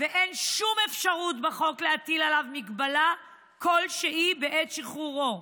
ואין שום אפשרות בחוק להטיל עליו הגבלה כלשהי בעת שחרורו.